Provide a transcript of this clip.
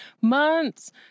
months